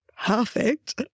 Perfect